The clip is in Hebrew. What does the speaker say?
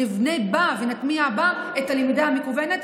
ונבנה בה ונטמיע בה את הלמידה המקוונת.